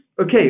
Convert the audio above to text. Okay